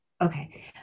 okay